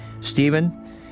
Stephen